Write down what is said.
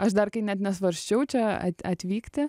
aš dar kai net nesvarsčiau čia at atvykti